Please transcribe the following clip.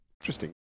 Interesting